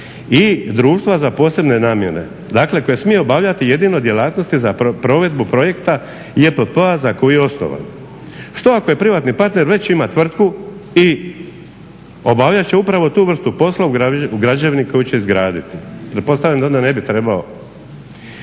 i društva za posebne namjene koje smije obavljati jedino djelatnosti za provedbu projekta JPP-a za koju je osnovan. Što ako privatni partner već ima tvrtku i obavljat će upravo tu vrstu posla u građevini koju će izgraditi? Pretpostavljam da onda ne bi trebao.